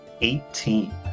Eighteen